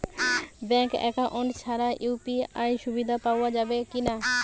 Bank account ছাড়া UPI সুবিধা পাওয়া যাবে কি না?